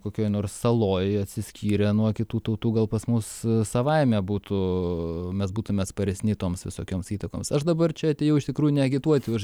kokioj nors saloj atsiskyrę nuo kitų tautų gal pas mus savaime būtų mes būtume atsparesni toms visokioms įtakoms aš dabar čia atėjau iš tikrųjų ne agituoti už